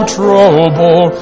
trouble